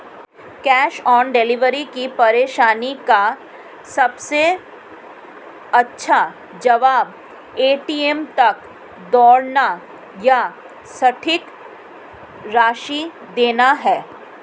cash on delivery की परेशानी का सबसे अच्छा जवाब, ए.टी.एम तक दौड़ना या सटीक राशि देना है